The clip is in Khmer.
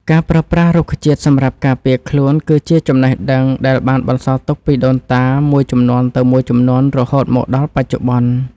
ការប្រើប្រាស់រុក្ខជាតិសម្រាប់ការពារខ្លួនគឺជាចំណេះដឹងដែលបានបន្សល់ទុកពីដូនតាមួយជំនាន់ទៅមួយជំនាន់រហូតមកដល់បច្ចុប្បន្ន។